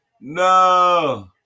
No